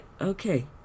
okay